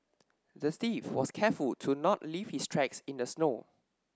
the thief was careful to not leave his tracks in the snow